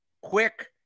quick